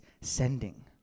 sending